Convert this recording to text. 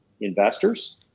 investors